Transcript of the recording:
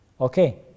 Okay